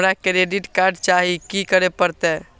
हमरा credit card चाही की करे परतै?